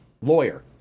lawyer